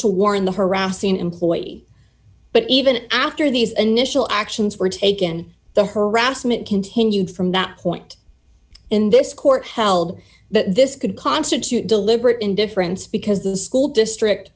to warn the harassing employee but even after these initial actions were taken the harassment continued from that point in this court held that this could constitute deliberate indifference because the school district